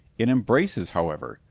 it embraces, however,